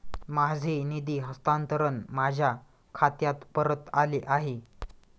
माझे निधी हस्तांतरण माझ्या खात्यात परत आले आहे